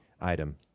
item